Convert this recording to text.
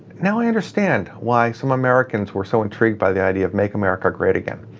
now i understand why some americans were so intrigued by the idea of make america great again.